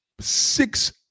six